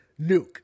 nuke